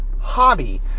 hobby